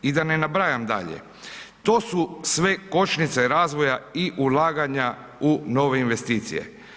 I da ne nabrajam dalje, to su sve kočnice razvoja i ulaganja u nove investicije.